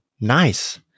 nice